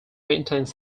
maintains